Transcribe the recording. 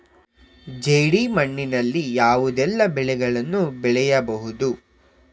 ಜೇಡಿ ಮಣ್ಣಿನಲ್ಲಿ ಯಾವುದೆಲ್ಲ ಬೆಳೆಗಳನ್ನು ಬೆಳೆಯಬಹುದು?